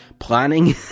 planning